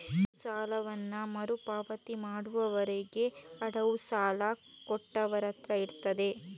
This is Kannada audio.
ನೀವು ಸಾಲವನ್ನ ಮರು ಪಾವತಿ ಮಾಡುವವರೆಗೆ ಅಡವು ಸಾಲ ಕೊಟ್ಟವರತ್ರ ಇರ್ತದೆ